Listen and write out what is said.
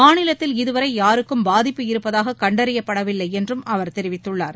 மாநிலத்தில் இதுவரை யாருக்கும் பாதிப்பு இருப்பதாக கண்டறியப்படவில்லை என்றும் அவர் தெரிவித்துள்ளார்